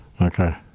Okay